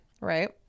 right